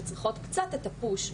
שצריכות קצת יותר את הפוש,